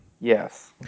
Yes